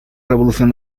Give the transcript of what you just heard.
revolución